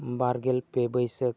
ᱵᱟᱨ ᱜᱮᱞ ᱯᱮ ᱵᱟᱹᱭᱥᱟᱹᱠᱷ